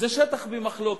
זה שטח במחלוקת.